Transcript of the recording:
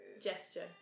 gesture